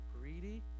greedy